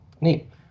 Neat